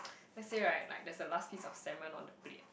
let's say right like there's a last piece of salmon on the plate